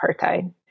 apartheid